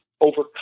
overcome